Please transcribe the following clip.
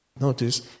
notice